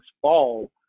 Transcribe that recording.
fall